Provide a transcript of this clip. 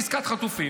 עסקת חטופים.